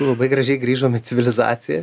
labai gražiai grįžom civilizaciją